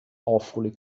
awfully